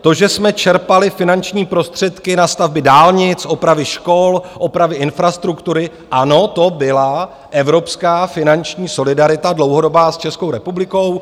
To, že jsme čerpali finanční prostředky na stavby dálnic, opravy škol, opravy infrastruktury, ano, to byla evropská finanční solidarita dlouhodobá s Českou republikou.